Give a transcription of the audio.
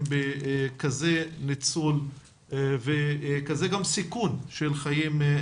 בכזה ניצול וכזה גם סיכון ממשי של חיים.